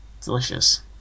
Delicious